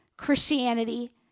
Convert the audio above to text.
Christianity